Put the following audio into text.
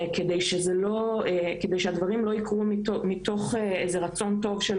כדי שהדברים לא יקרו מתוך איזה רצון טוב של